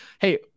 hey